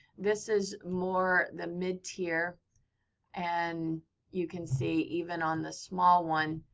this is more the mid tier and you can see even on the small one,